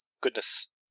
goodness